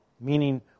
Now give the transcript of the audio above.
meaning